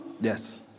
Yes